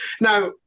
now